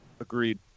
agreed